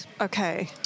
Okay